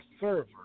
server